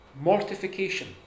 Mortification